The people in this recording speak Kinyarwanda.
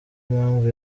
impamvu